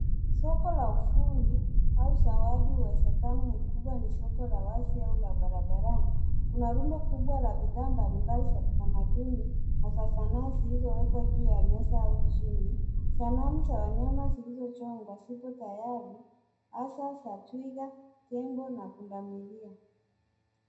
Soko la ufundi au zawadi, uwezekano mkubwa ni soko la wazi au la barabarani. Kuna rundo kubwa la bidhaa mbali mbali za kitamaduni na za sanaa zilizo wekwa juu ya meza au chini. Sanamu za wanyama zilizochongwa zipo tayari hasa za twiga, tembo na punda milia.